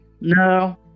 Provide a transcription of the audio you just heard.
No